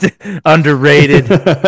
Underrated